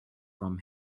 from